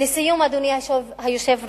לסיום, אדוני היושב-ראש,